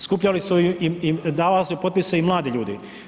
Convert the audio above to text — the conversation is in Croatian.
Skupljali su i davali su potpise i mladi ljudi.